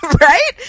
Right